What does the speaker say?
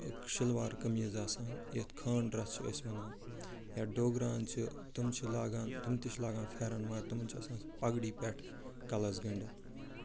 شلوار قمیٖض آسان یتھ خان ڈرٛٮ۪س چھِ أسۍ وَنان یا ڈوگراہَن چھ تِم چھِ لاگان تِم تہِ چھِ لاگان فیرَن مگر تِمن چھِ آسان سُہ پَگڑی پٮ۪ٹھ کَلَس گٔنڈِتھ